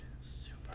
Super